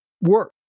work